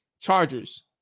Chargers